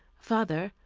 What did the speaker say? father,